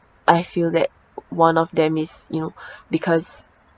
I feel that one of them is you know because